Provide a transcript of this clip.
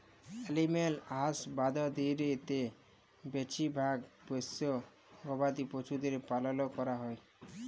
animal হাসবাঁদরিতে বেছিভাগ পোশ্য গবাদি পছুদের পালল ক্যরা হ্যয়